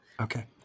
Okay